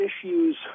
issues